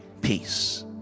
peace